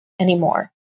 anymore